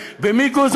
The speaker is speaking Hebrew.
ולמי נמכר הנדל"ן הזה,